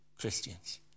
Christians